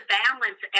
balance